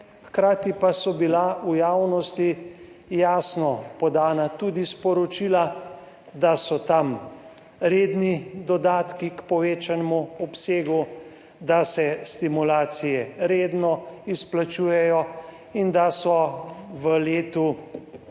hkrati pa so bila v javnosti jasno podana tudi sporočila, da so tam redni dodatki k povečanemu obsegu, da se stimulacije redno izplačujejo in da je bilo v letu